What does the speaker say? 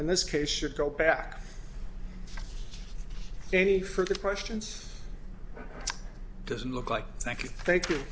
and this case should go back any further questions doesn't look like thank you thank you